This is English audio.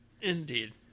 Indeed